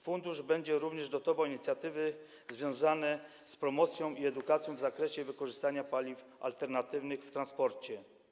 Fundusz będzie również dotował inicjatywy związane z promocją i edukacją w zakresie wykorzystania paliw alternatywnych w transporcie.